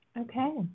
Okay